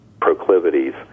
proclivities